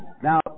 Now